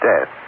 Death